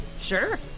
Sure